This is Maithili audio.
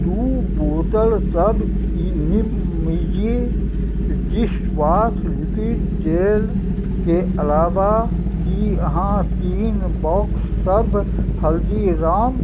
दू बोतल सब निजी डिश वॉश लिक्विड जेलके अलावा की अहाँ तीन बॉक्स सब हल्दीराम